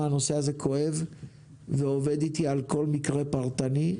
הנושא הזה כואב ועובד איתי על כל מקרה פרטני,